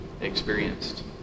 experienced